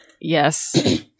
Yes